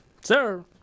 Sir